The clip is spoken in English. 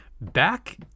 back